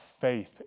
faith